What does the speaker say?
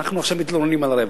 אנחנו עכשיו מתלוננים על הרווח.